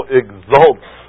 exalts